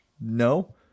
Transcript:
No